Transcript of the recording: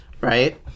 right